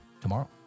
tomorrow